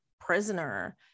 prisoner